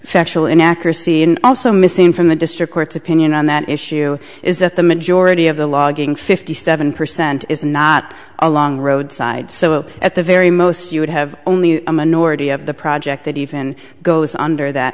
factual inaccuracy and also missing from the district court's opinion on that issue is that the majority of the logging fifty seven percent is not a long road side so at the very most you would have only a minority of the project that even goes under that